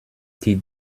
die